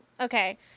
okay